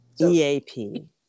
eap